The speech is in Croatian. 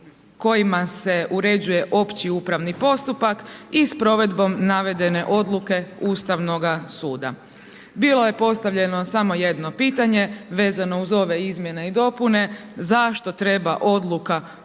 kojima se uređuje opći upravni postupak i s provedbom navedene odluke Ustavnoga suda. Bilo je postavljeno samo jedno pitanje vezano uz ove izmjene i dopune, zašto treba odluka Ustavnoga